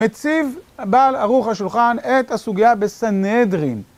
מציב בעל ערוך השולחן את הסוגיה בסנהדרין.